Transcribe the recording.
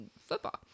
football